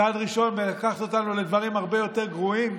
צעד ראשון בלקחת אותנו לדברים הרבה יותר גרועים?